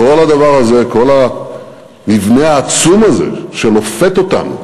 כל הדבר הזה, כל המבנה העצום הזה שלופת אותנו